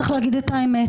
צריך להגיד את האמת,